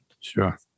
Sure